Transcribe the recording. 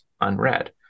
unread